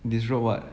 disrobe what